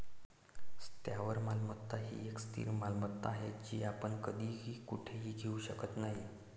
स्थावर मालमत्ता ही एक स्थिर मालमत्ता आहे, जी आपण कधीही कुठेही घेऊ शकत नाही